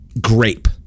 grape